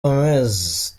gomez